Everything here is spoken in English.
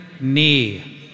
knee